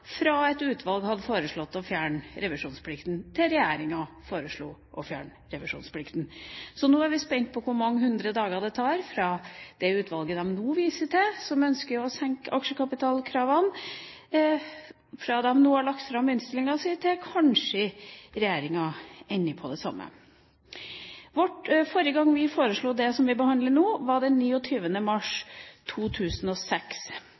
fra et utvalg hadde foreslått å fjerne revisjonsplikten, til regjeringa foreslo å fjerne revisjonsplikten. Så nå er vi spent på hvor mange hundre dager det tar fra det utvalget de nå viser til, som ønsker å senke aksjekapitalkravene, har lagt fram innstillingen sin, til kanskje regjeringa ender på det samme. Forrige gang vi foreslo det vi behandler nå, var den